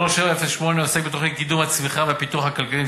עוסקת בתוכנית לקידום הצמיחה והפיתוח הכלכליים,